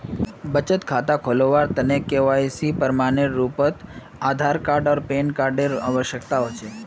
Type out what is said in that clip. बचत खता खोलावार तने के.वाइ.सी प्रमाण एर रूपोत आधार आर पैन कार्ड एर आवश्यकता होचे